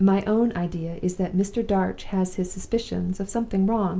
my own idea is that mr. darch has his suspicions of something wrong,